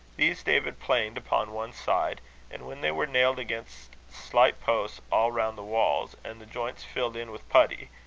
these david planed upon one side and when they were nailed against slight posts all round the walls, and the joints filled in with putty,